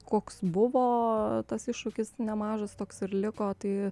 koks buvo tas iššūkis nemažas toks ir liko tai